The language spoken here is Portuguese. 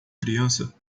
criança